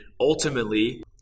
ultimately